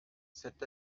c’est